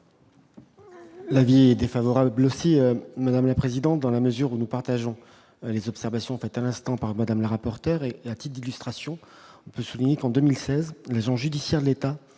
L'avis est défavorable aussi, madame la présidente, dans la mesure où nous partageons les observations faites à l'instant par Madame la rapporteur et un type d'illustrations de souligner qu'en 2016 maisons judiciaire de l'État